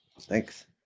Thanks